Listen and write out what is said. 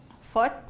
foot